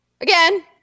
Again